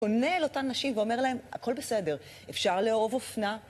הוא פונה לאותן נשים ואומר להן, הכל בסדר, אפשר לאהוב אופנה.